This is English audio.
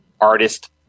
artist